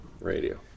radio